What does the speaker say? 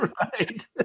right